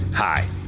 Hi